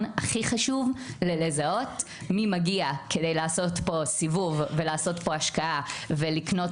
הכי חשוב ללזהות מי מגיע כדי לעשות פה סיבוב ולעשות פה השקעה ולקנות